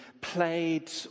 played